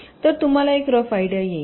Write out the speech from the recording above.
तर तुम्हाला एक रफ आयडिया येईल